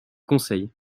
conseil